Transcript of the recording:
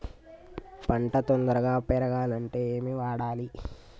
పంట తొందరగా పెరగాలంటే ఏమి వాడాలి?